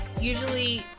usually